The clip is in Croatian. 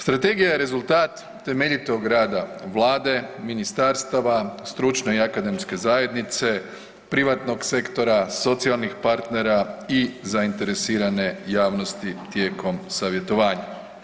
Strategija je rezultat temeljitog rada Vlade, ministarstava, stručne i akademske zajednice, privatnog sektora, socijalnih partnera i zainteresirane javnosti tijekom savjetovanja.